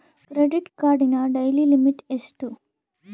Credit ಕಾರ್ಡಿನ daily limit ಎಷ್ಟು?